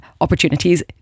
opportunities